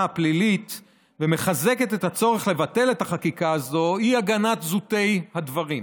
הפלילית ומחזקת את הצורך לבטל את החקיקה הזו היא הגנת זוטי הדברים.